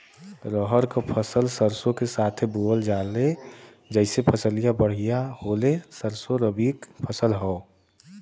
रहर क फसल सरसो के साथे बुवल जाले जैसे फसलिया बढ़िया होले सरसो रबीक फसल हवौ